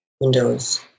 windows